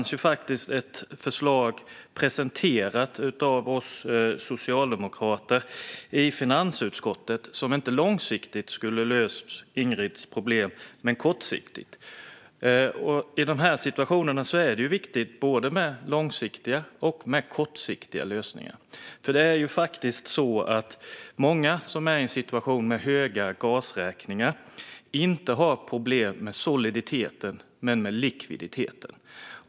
Socialdemokraterna presenterade ett förslag i finansutskottet som visserligen inte skulle ha löst Ingrids problem långsiktigt, men kortsiktigt - och i en sådan här situation är det viktigt med både kortsiktiga och långsiktiga lösningar. Många med höga gasräkningar har nämligen inte problem med soliditeten utan med likviditeten.